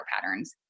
patterns